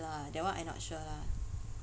lah that one I not sure lah